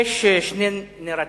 יש שני נרטיבים: